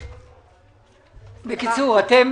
בקיצור, אתם